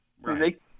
Right